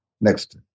Next